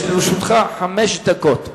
לרשותך חמש דקות.